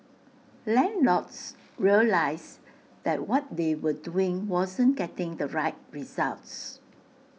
landlords realised that what they were doing wasn't getting the right results